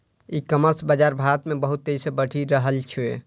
ई commerce बाजार भारत मे बहुत तेजी से बढ़ि रहल छै